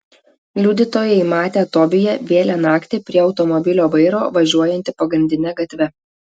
liudytojai matę tobiją vėlią naktį prie automobilio vairo važiuojantį pagrindine gatve